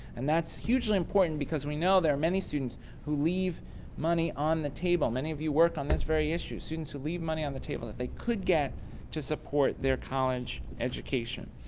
and that's hugely important because we know there are many students who leave money on the table. many of you work on this very issue, of students who leave money on the table that they could get to support their college education.